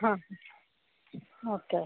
ಹಾಂ okay okay